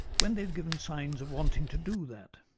when they have given signs of wanting to do that.